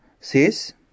says